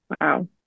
Wow